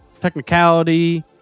technicality